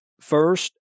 first